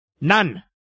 None